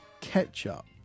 ketchup